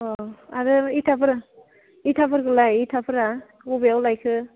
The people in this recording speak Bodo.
अ आरो इथाफोरा इथाफोरखौलाय इथाफोरा बबेयाव लायखो